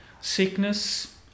sickness